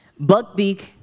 Buckbeak